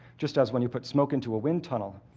just as when you put smoke into a wind tunnel,